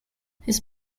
his